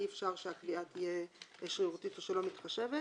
אי-אפשר שהקביעה תהיה שרירותית או שלא מתחשבת.